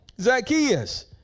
Zacchaeus